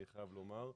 אני חייב לומר,